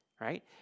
right